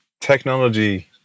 technology